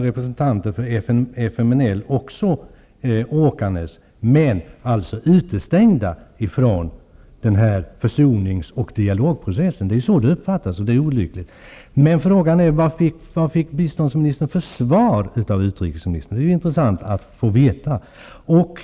Representanter för FMLN kom alltså åkande men blev utestängda från denna försonings och dialogprocess. Det är på detta sätt som det uppfattas, och det är olyckligt. Frågan är vilket svar biståndsministern fick från utrikesministern. Det vore intressant att få veta.